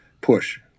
push